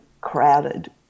crowded